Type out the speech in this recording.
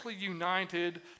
united